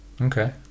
Okay